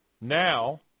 Now